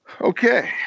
okay